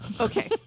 Okay